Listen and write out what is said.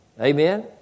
Amen